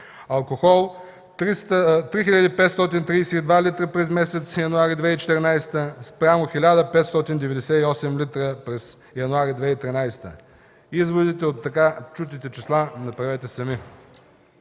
алкохол – 3532 литра през месец януари 2014 г. спрямо 1598 литра през януари 2013 г. Изводите от така чутите числа направете сами.